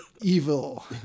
evil